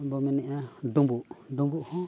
ᱵᱚ ᱢᱮᱱᱮᱜᱼᱟ ᱰᱩᱢᱵᱩᱜ ᱰᱩᱢᱵᱩᱜ ᱦᱚᱸ